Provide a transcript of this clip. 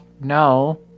no